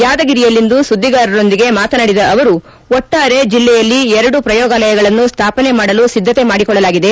ಯಾದಗಿರಿಯಲ್ಲಿಂದು ಸುದ್ದಿಗಾರರೊಂದಿಗೆ ಮಾತನಾಡಿದ ಅವರು ಒಟ್ನಾರೆ ಜಿಲ್ಲೆಯಲ್ಲಿ ಎರಡು ಪ್ರಯೋಗಾಲಯಗಳನ್ನು ಸ್ಥಾಪನೆ ಮಾಡಲು ಸಿದ್ದತೆ ಮಾಡಿಕೊಳ್ಳಲಾಗಿದೆ